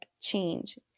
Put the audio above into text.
change